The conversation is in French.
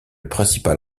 principal